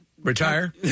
Retire